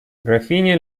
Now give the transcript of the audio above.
графиня